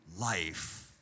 life